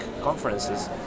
conferences